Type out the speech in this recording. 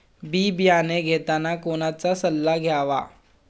बी बियाणे घेताना कोणाचा सल्ला घ्यावा?